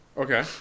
Okay